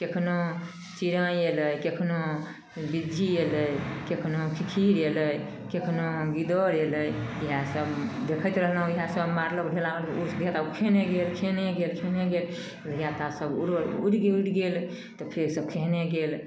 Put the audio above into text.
कखनहु चिड़ै अएलै कखनहु बिज्जी अएलै कखनहु खिखिर अएलै कखनो गिद्दर अएलै इएहसब देखैत रहलहुँ इएहसब मारलक ढेला खेहने गेल खेहने गेल खेहने गेल धिआपुता सब उड़ि उड़ि गेल तऽ फेर सभ खेहने गेल